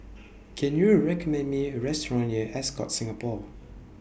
Can YOU recommend Me A Restaurant near Ascott Singapore